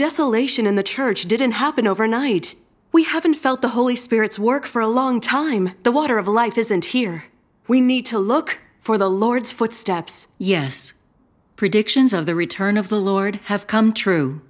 desolation in the church didn't happen overnight we haven't felt the holy spirit's work for a long time the water of life isn't here we need to look for the lord's footsteps yes predictions of the return of the lord have come true